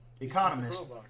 economist